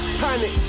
panic